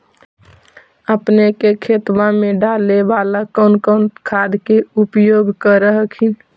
अपने के खेतबा मे डाले बाला कौन कौन खाद के उपयोग कर हखिन?